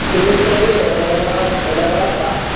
تِمَے ترٛٲیِو دَرواز دَرواز سَتھ